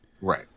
Right